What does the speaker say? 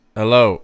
hello